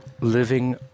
living